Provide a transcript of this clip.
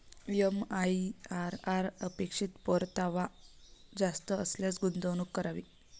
MIRR अपेक्षित परतावा जास्त असल्यास गुंतवणूक करावी